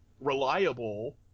reliable